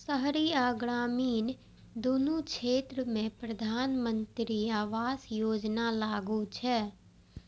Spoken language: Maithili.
शहरी आ ग्रामीण, दुनू क्षेत्र मे प्रधानमंत्री आवास योजना लागू छै